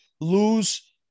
lose